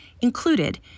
included